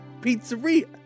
pizzeria